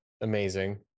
amazing